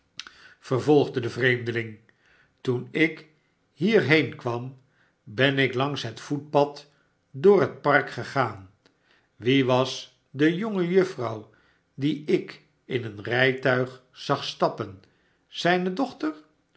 vervolgde de vreemdeling toen ik hierheen kwam ben ik langs het voetpad door het park gegaan wie was de jonge juffrouw die ik in een rijtuig zag stappen zijne dochter